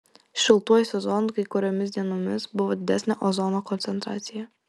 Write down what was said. šiltuoju sezonu kai kuriomis dienomis buvo didesnė ozono koncentracija